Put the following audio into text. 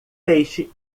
peixe